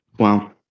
Wow